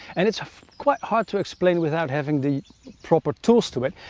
and it's quite hard to explain without having the proper tools to it.